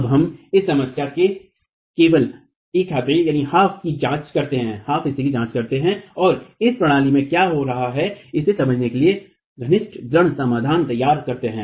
अब हम इस समस्या के केवल आधे हिस्से की जांच करते हैं और इस प्रणाली में क्या हो रहा है इसे समझने के लिए घनिष्ठ दृढ़ समाधान तैयार करते हैं